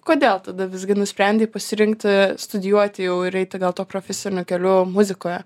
kodėl tada visgi nusprendei pasirinkti studijuoti jau ir eiti gal tuo profesiniu keliu muzikoje